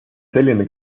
selline